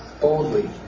Boldly